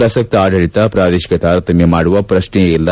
ಪ್ರಸಕ್ತ ಆಡಳಿತ ಪ್ರಾದೇಶಿಕ ತಾರತಮ್ಯ ಮಾಡುವ ಪ್ರಶ್ನೆಯೇ ಇಲ್ಲ